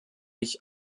ich